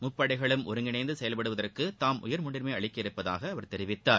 முப்படைகளும் ஒருங்கிணைந்து செயல்படுவதற்கு தாம் உயர் முன்னுரிமை அளிக்க உள்ளதாக அவர் தெரிவித்தார்